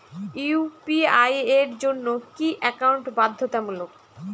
UPI এর জন্য কি একাউন্ট বাধ্যতামূলক?